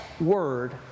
word